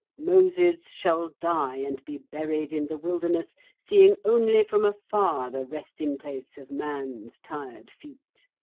moses shall die and be buried in the wilderness, seeing only from afar the resting-place of man's tired feet.